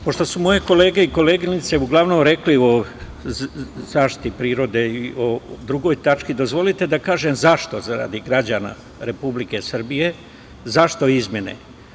Pošto su moje kolege i koleginice uglavnom rekli o zaštiti prirode i o drugoj tački, dozvolite da kažem zašto, zarad građana Republike Srbije, zašto ove izmene.